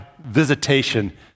visitation